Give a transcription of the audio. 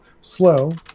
slow